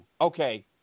okay